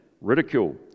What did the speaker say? ridicule